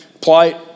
plight